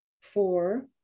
Four